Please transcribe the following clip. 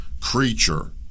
creature